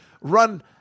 run